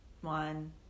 One